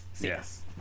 Yes